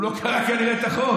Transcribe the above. הוא לא קרא כנראה את החוק